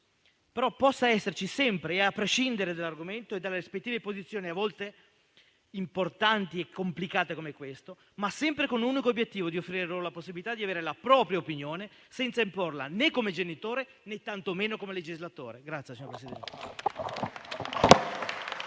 - ma possa esserci sempre e a prescindere dall'argomento e dalle rispettive posizioni, a volte importanti e complicate come in questo caso, ma sempre con un unico obiettivo: offrire loro la possibilità di avere la possibilità di avere la propria opinione senza imporla né come genitore né tanto meno come legislatore. PRESIDENTE.